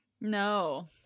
No